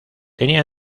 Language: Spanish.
tenía